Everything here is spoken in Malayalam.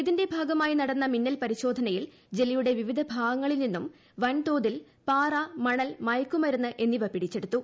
ഇതിന്റെ ഭാഗമായി നിട്ടുന്ന് മിന്നൽ പരിശോധനയിൽ ജില്ലയുടെ വിവിധ ഭാഗങ്ങളിൽ നിന്നും വൻതോതിൽ പാറ മണൽ മയക്കുമരുന്ന് എന്നിവ പിടിച്ചെടുത്തു